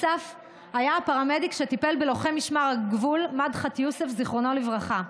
אסף היה הפרמדיק שטיפל בלוחם משמר הגבול מדחת יוסף ז"ל.